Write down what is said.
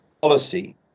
policy